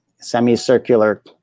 semicircular